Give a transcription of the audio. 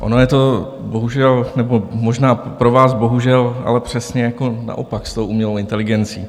Ono je to bohužel... nebo možná pro vás bohužel, ale přesně naopak s tou umělou inteligencí.